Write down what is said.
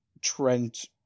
Trent